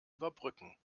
überbrücken